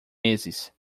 meses